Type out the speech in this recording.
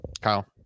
Kyle